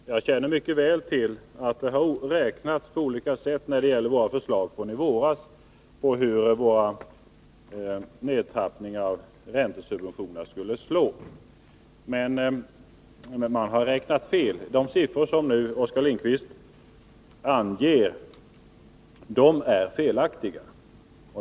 Herr talman! Jag känner mycket väl till att det har räknats på olika sätt när det gäller våra förslag från i våras på hur vårt förslag om en nedtrappning av räntesubventionerna skulle slå. Men man har räknat fel. De siffror som Oskar Lindkvist nu anger är felaktiga.